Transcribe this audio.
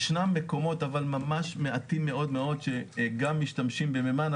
ישנן מקומות אבל ממש מעטים מאוד שגם משתמשים במימן,